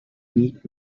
need